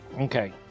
okay